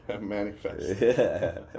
Manifest